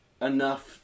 enough